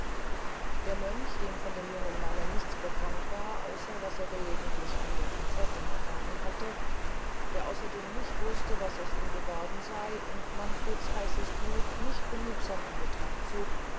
der mönch dem von dem jungen menschen nichts bekannt war außer was er gelegentlich von der prinzessin erfahren hatte der ausserdem nicht wuste was aus ihm geworden sey und manfreds heisses blut nicht genugsam in betrachtung zog